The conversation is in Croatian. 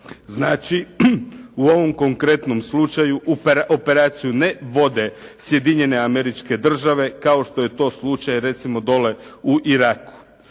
Znači u ovom konkretnom slučaju operaciju ne vode Sjedinjene Američke Države kao što je to slučaj recimo dole u Iraku.